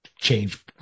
change